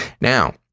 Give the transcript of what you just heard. Now